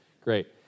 Great